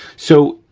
so,